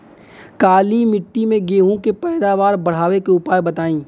काली मिट्टी में गेहूँ के पैदावार बढ़ावे के उपाय बताई?